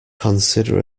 consider